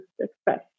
express